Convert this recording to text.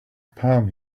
palm